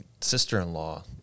sister-in-law